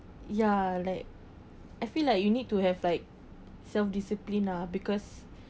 ya like I feel like you need to have like self discipline lah because